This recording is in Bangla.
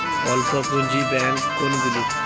অল্প পুঁজি ব্যাঙ্ক কোনগুলি?